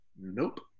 Nope